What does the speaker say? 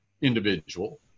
individual